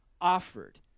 offered